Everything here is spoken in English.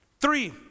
Three